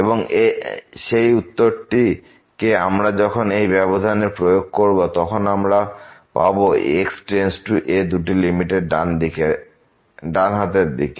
এবং সেই উত্তরটি কে আমরা যখন এই ব্যবধান এ প্রয়োগ করব তখন আমরা পাব x→a দুটি লিমিটের ডান হাতের দিকে